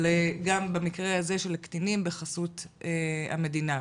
אבל גם במקרה הזה של קטינים בחסות המדינה,